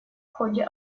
ходе